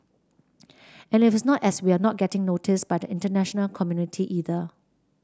and it is not as we're not getting noticed by the international community either